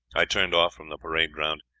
i turned off from the parade ground,